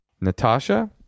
Natasha